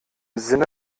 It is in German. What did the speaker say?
sinne